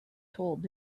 told